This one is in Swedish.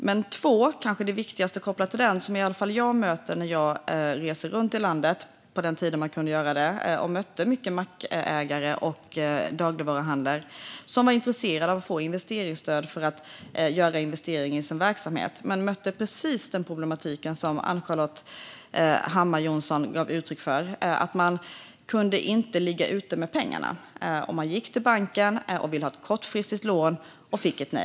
Men det viktigaste skälet har jag tagit del av när jag har rest runt i landet och mött mackägare och dagligvaruhandlare som varit intresserade av att få investeringsstöd för att göra investeringar i sin verksamhet men inte kunde ligga ute med pengarna: Banken sa nej till ett kortfristigt lån.